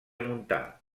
montà